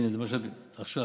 הינה, זה מה, עכשיו,